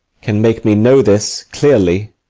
can make me know this clearly,